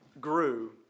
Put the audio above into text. grew